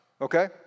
Okay